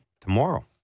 Tomorrow